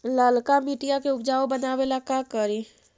लालका मिट्टियां के उपजाऊ बनावे ला का करी?